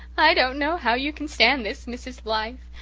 i don't know how you can stand this, mrs. blythe.